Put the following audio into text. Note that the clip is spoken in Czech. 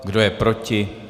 Kdo je proti?